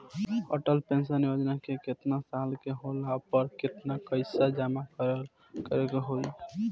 Atal pension Yojana मे केतना साल के होला पर केतना पईसा जमा करे के होई?